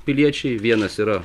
piliečiai vienas yra